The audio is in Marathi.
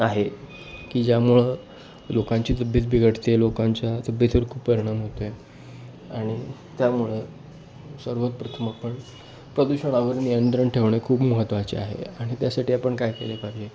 आहे की ज्यामुळं लोकांची तब्येत बिघडते लोकांच्या तब्येतीवर खूप परिणाम होतो आहे आणि त्यामुळं सर्वात प्रथम आपण प्रदूषणावर नियंत्रण ठेवणे खूप महत्त्वाचे आहे आणि त्यासाठी आपण काय केलं पाहिजे